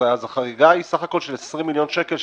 אז החריגה היא בסך הכול של 20 מיליון שקל,